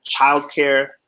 childcare